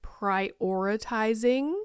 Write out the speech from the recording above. prioritizing